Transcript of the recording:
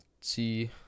see